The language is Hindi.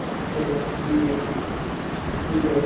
ओके मैम ठीक है ठीक है